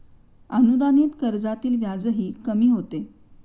अनुदानित कर्जातील व्याजही कमी होते